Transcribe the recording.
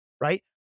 right